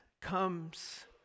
comes